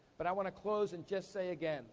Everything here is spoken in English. but i wanna close and just say again